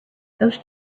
those